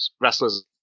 wrestlers